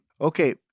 Okay